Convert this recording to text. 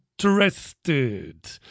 Interested